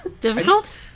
Difficult